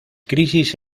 crisis